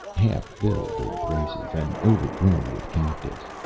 half filled in places, and overgrown with cactus.